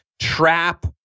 trap